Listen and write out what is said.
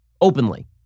openly